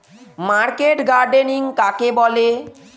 Market gardening কাকে বলে?